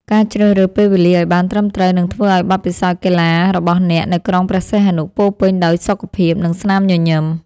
ការជ្រើសរើសពេលវេលាឱ្យបានត្រឹមត្រូវនឹងធ្វើឱ្យបទពិសោធន៍កីឡារបស់អ្នកនៅក្រុងព្រះសីហនុពោរពេញដោយសុខភាព និងស្នាមញញឹម។